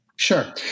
Sure